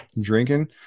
drinking